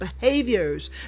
behaviors